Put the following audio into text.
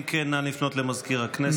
אם כן, נא לפנות למזכיר הכנסת.